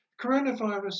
coronavirus